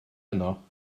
yno